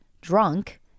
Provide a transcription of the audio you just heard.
drunk